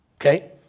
okay